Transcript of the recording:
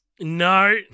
No